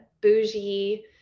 bougie